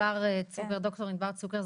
ד"ר ענבר צוקר,